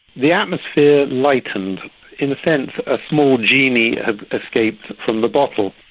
the atmosphere lightened in a sense a small genie had escaped from the bottle.